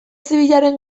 zibilaren